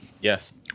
Yes